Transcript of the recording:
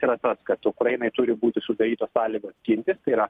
yra tas kad ukrainai turi būti sudarytos sąlygos gintis tai yra